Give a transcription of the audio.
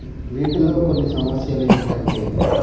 వీటిలో కొన్ని సమస్యలు ఏంటంటే